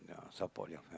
ya support your family